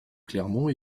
clermont